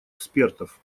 экспертов